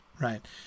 Right